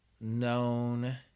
known